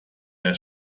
der